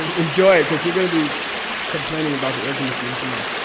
enjoy it because you're going to be complaining about the air conditioning tomorrow.